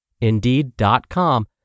Indeed.com